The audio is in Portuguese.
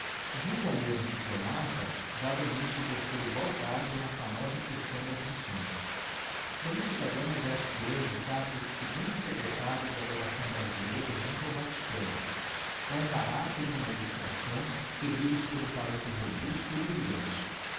junto ao mesmo diplomata já domicio exerceu igual cargo na famosa questão das missões domicio da gama exerce hoje o cargo de o secretario da legação brasileira junto ao vaticano e um caracter e uma illustração servidos por um talento robusto e brilhante